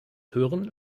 hören